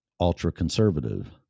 ultra-conservative